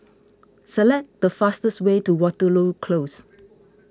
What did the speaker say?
select the fastest way to Waterloo Close